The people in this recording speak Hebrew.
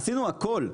עשינו הכל,